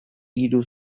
hiru